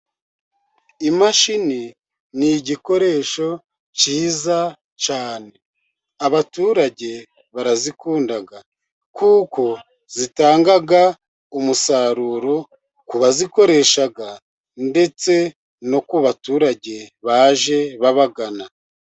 Imashini ni igikoresho cyiza cyane. Abaturage barazikunda kuko zitanga umusaruro ku bazikoresha, ndetse no ku baturage baje babagana.